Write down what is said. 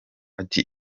ati